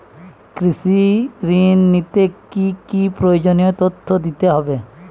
কৃষি ঋণ নিতে কি কি প্রয়োজনীয় তথ্য দিতে হবে?